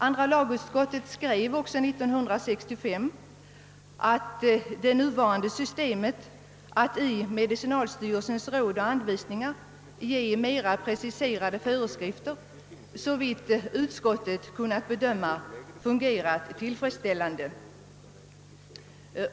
Andra lagutskottet skrev också 1965 att det nuvarande systemet att i medicinalstyrelsens råd och anvisningar ge mera preciserade föreskrifter såvitt utskottet kunde bedöma fungerade tillfredsställande.